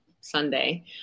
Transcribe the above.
Sunday